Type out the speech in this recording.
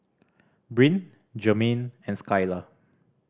Bryn Germaine and Skylar